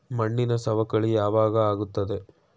ಮಣ್ಣಿನ ಸವಕಳಿ ಯಾವಾಗ ಆಗುತ್ತದೆ?